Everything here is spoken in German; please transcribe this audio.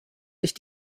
sich